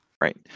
Right